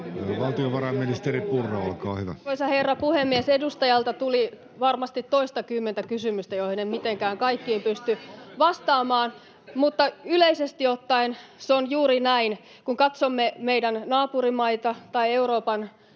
Content: Arvoisa herra puhemies! Edustajalta tuli varmasti toistakymmentä kysymystä, joihin en mitenkään kaikkiin pysty vastaamaan. Mutta yleisesti ottaen se on juuri näin, että kun katsomme meidän naapurimaita tai Euroopan